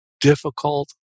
difficult